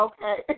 Okay